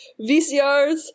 VCRs